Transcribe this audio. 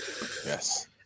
Yes